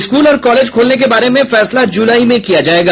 school और college खोलने के बारे में फैसला जुलाई में किया जाएगा